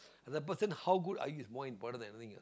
as a person how good are you is more important that thing ah